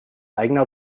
eigener